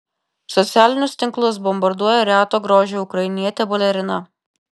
socialinius tinklus bombarduoja reto grožio ukrainietė balerina